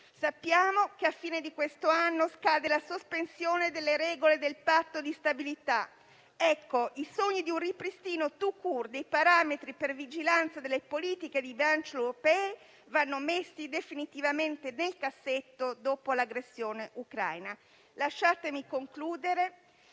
Sappiamo che alla fine di quest'anno scadrà la sospensione delle regole del Patto di stabilità. Ecco, i sogni di un ripristino *tout court* dei parametri per la vigilanza delle politiche di bilancio europee vanno messi definitivamente nel cassetto dopo l'aggressione ucraina.